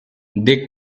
they